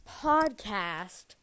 podcast